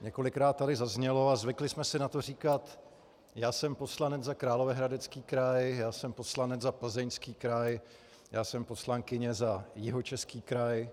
Několikrát tady zaznělo a zvykli jsme si na to říkat: Já jsem poslanec za Královéhradecký kraj, já jsem poslanec za Plzeňský kraj, já jsem poslankyně za Jihočeský kraj.